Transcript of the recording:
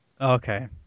Okay